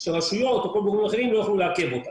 רשויות או גורמים אחרים לא יוכלו לעכב אותה.